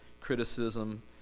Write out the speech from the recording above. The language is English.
criticism